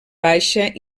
baixa